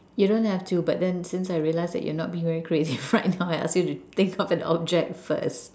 you don't have to but then since I realize that you're not being very creative right now I asked you to think of an object first